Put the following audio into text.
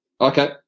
Okay